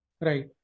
Right